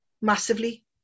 massively